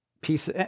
piece